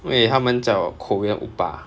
因为他们讲我 korea oppa